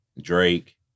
Drake